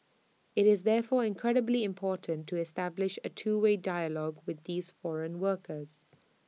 IT is therefore incredibly important to establish A two way dialogue with these foreign workers